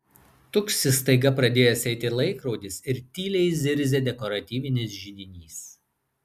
tuksi staiga pradėjęs eiti laikrodis ir tyliai zirzia dekoratyvinis židinys